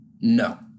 No